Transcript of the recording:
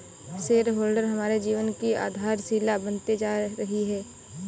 share holder हमारे जीवन की आधारशिला बनते जा रही है